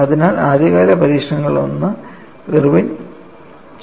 അതിനാൽ ആദ്യകാല പരിഷ്ക്കരണങ്ങളിലൊന്ന് ഇർവിൻ ചെയ്തു